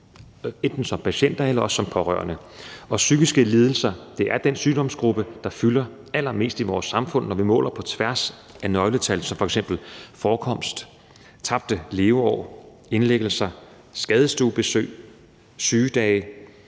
enten som patienter eller også som pårørende, og psykiske lidelser er den sygdomsgruppe, der fylder allermest i vores samfund, når vi måler på tværs af nøgletal som f.eks. forekomst, tabte leveår, indlæggelser, skadestuebesøg, sygedage,